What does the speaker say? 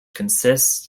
consist